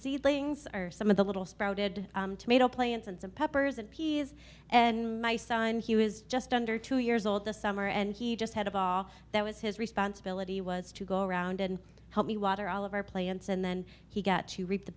seedlings are some of the little sprouted tomato plants and some peppers and peas and my son he was just under two years old this summer and he just had a ball that was his responsibility was to go around and help me water all of our play and so and then he got to reap the